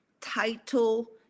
title